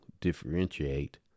differentiate